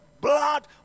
blood